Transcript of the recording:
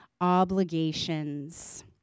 obligations